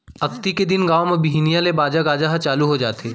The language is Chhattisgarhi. अक्ती के दिन गाँव म बिहनिया ले बाजा गाजा ह चालू हो जाथे